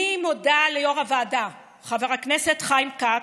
אני מודה ליו"ר הוועדה, חבר הכנסת חיים כץ,